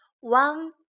one